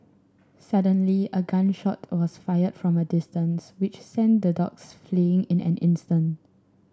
suddenly a gun shot was fired from a distance which sent the dogs fleeing in an instant